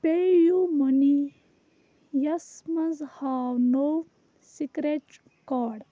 پے U money یَس منٛز ہاو نوٚو سٕکرٛیچ کارڈ